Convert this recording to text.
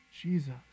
Jesus